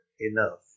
enough